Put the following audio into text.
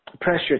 Pressure